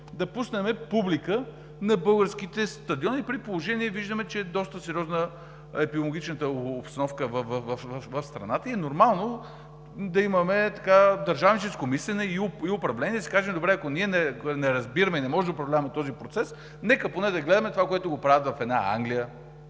да пуснем публика на българските стадиони, при положение че виждаме, че е доста сериозна епидемиологичната обстановка в страната и е нормално да имаме държавническо мислене и управление? И да си кажем: добре, ако ние не разбираме, не можем да управляваме този процес, нека поне да гледаме това, което правят в Англия,